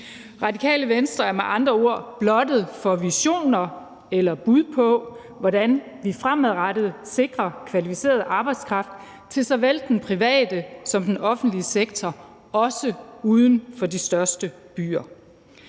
Radikale Venstre er med andre ord blottet for visioner eller bud på, hvordan vi fremadrettet sikrer kvalificeret arbejdskraft til såvel den private som den offentlige sektor, også uden for de største byer.